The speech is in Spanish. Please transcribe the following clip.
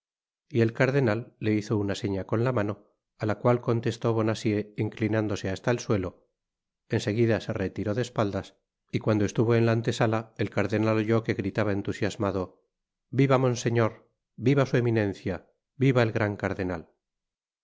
y el cardenal le hizo una seña con la mano á la cual contestó bonacieux inclinándose hasta el suelo en seguida se retiró de espaldas y cuando estuvo en la antesala el cardenal oyó que gritaba entusiasmado viva monseñor viva su eminencia viva el gran cardenal